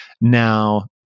Now